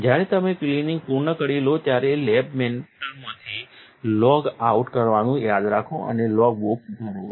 જ્યારે તમે ક્લિનિંગ પૂર્ણ કરી લો ત્યારે લેબ મેન્ટરમાંથી લોગઆઉટ કરવાનું યાદ રાખો અને લોગબુક ભરો